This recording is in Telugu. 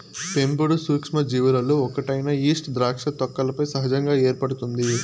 పెంపుడు సూక్ష్మజీవులలో ఒకటైన ఈస్ట్ ద్రాక్ష తొక్కలపై సహజంగా ఏర్పడుతుంది